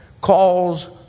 calls